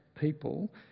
people